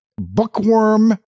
Bookworm